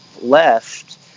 left